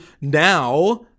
now